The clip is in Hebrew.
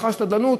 לאחר שתדלנות,